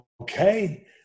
Okay